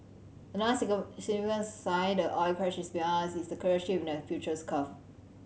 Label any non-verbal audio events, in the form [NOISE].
another [UNINTELLIGIBLE] significant sign the oil crash is behind us is the clear shift in the futures curve